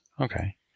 okay